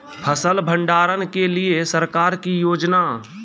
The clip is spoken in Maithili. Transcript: फसल भंडारण के लिए सरकार की योजना?